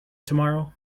tomorrow